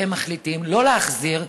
כשהם מחליטים שלא להחזיר.